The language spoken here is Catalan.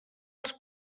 els